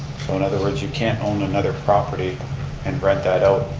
so in other words, you can't own another property and rent that out,